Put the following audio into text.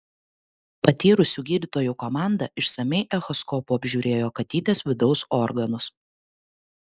patyrusių gydytojų komanda išsamiai echoskopu apžiūrėjo katytės vidaus organus